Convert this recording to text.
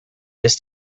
this